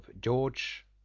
George